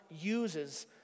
uses